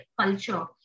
culture